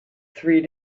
three